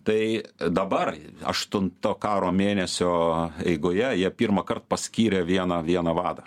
tai dabar aštunto karo mėnesio eigoje jie pirmąkart paskyrė vieną vieną vadą